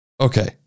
Okay